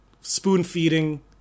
spoon-feeding